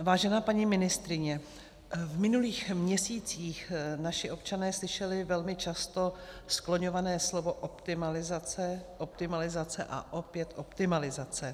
Vážená paní ministryně, v minulých měsících naši občané slyšeli velmi často skloňované slovo optimalizace, optimalizace a opět optimalizace.